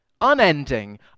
unending